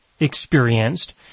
experienced